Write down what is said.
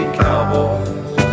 cowboys